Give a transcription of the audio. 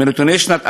מנתוני שנת 2015,